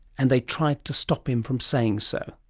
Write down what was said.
and they tried to stop him from saying so.